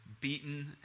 beaten